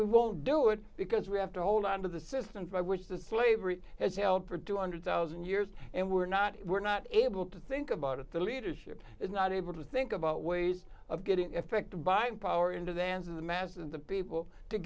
we won't do it because we have to hold on to the systems by which the slavery has held for two hundred thousand years and we're not we're not able to think about it the leadership is not able to think about ways of getting effective buying power into the hands of the masses of the people to